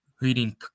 reading